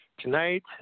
Tonight